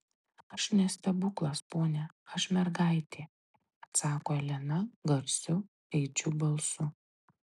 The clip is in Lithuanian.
aš ne stebuklas pone aš mergaitė atsako elena garsiu aidžiu balsu